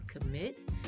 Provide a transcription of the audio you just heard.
commit